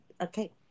okay